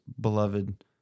beloved